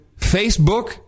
Facebook